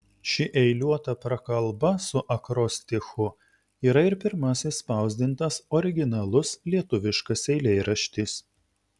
ši eiliuota prakalba su akrostichu yra ir pirmasis spausdintas originalus lietuviškas eilėraštis